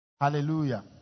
Hallelujah